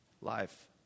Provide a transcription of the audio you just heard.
life